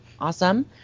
awesome